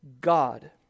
God